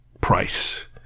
price